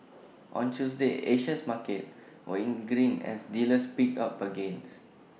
on Tuesday Asian markets were in the green as dealers picked up bargains